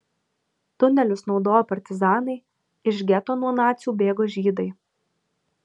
tunelius naudojo partizanai iš geto nuo nacių bėgo žydai